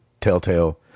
Telltale